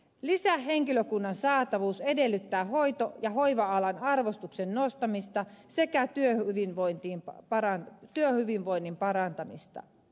lisähenkilökunnan saatavuus edellyttää hoito ja hoiva alan arvostuksen nostamista sekä työhyvinvoinnin parantamista